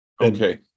Okay